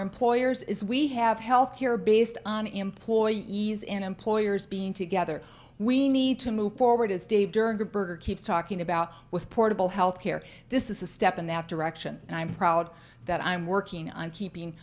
employers is we have health care based on employee ease in employers being together we need to move forward as dave during a burger keeps talking about with portable health care this is a step in that direction and i'm proud that i'm working on keeping